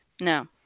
No